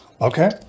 Okay